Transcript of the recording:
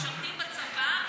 משרתים מהצבא,